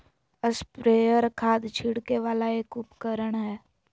sprayer खाद छिड़के वाला एक उपकरण हय